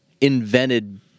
invented